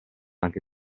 anche